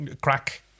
crack